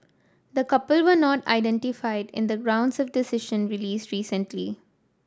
the couple were not identified in the gounds of decision released recently